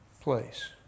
place